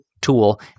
tool